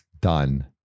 done